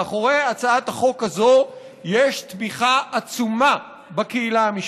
מאחורי הצעת החוק הזו יש תמיכה עצומה בקהילה המשפטית.